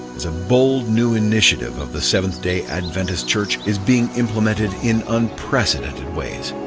it's a bold new initiative of the seventh-day adventist church, is being implemented in unprecedented ways.